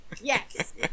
yes